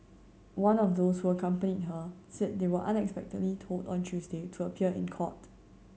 one of those who accompanied her said they were unexpectedly told on Tuesday to appear in court